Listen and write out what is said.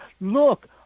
look